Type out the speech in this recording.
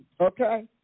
Okay